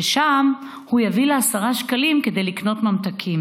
ושם הוא יביא לה עשרה שקלים כדי לקנות ממתקים,